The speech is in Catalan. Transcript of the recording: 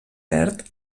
perd